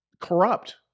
corrupt